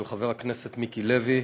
של חבר הכנסת מיקי לוי,